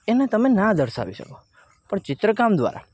એને તમે ના દર્શાવી શકો પણ ચિત્રકામ દ્વારા